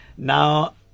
Now